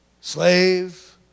slave